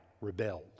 rebelled